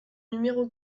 numéro